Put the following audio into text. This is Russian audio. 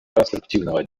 конструктивного